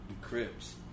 Crips